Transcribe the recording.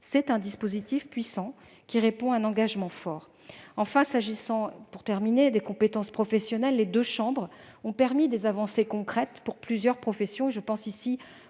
C'est un dispositif puissant, qui répond à un engagement fort. Enfin, s'agissant des compétences professionnelles, les deux chambres ont permis des avancées concrètes pour plusieurs professions. Je pense en